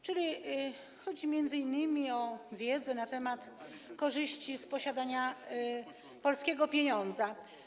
Chodzi m.in. o wiedzę na temat korzyści z posiadania polskiego pieniądza.